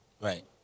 Right